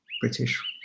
British